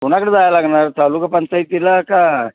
कोणाकडे जाय लागणार तालुका पंचायतीला का